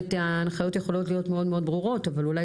ההנחיות יכולות להיות מאוד ברורות אבל אולי